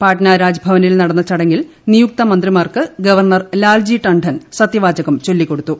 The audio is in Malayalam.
പാട്ന രാജ്ഭവനിൽ നടന്ന ചടങ്ങിൽ നിയുക്ത മന്ത്രിമാർക്ക് ഗവർണർ ലാൽജി ടണ്ടൻ സത്യവാചകം ചൊല്ലിക്കൊടുത്തു